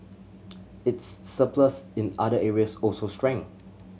its surplus in other areas also shrank